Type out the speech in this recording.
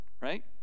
right